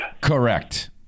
Correct